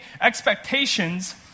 expectations